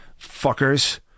fuckers